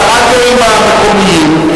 את הרדיואים המקומיים,